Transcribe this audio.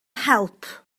help